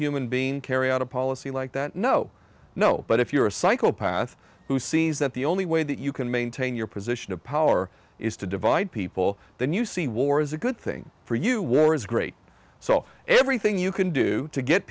human being carry out a policy like that no no but if you're a psychopath who sees that the only way that you can maintain your position of power is to divide people then you see war is a good thing for you war is great so everything you can do to get